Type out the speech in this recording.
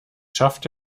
schafft